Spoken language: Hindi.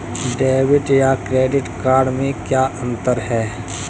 डेबिट या क्रेडिट कार्ड में क्या अन्तर है?